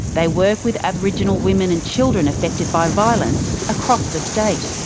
they work with aboriginal women and children affected by violence across the state.